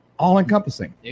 all-encompassing